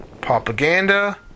propaganda